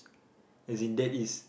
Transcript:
as in that is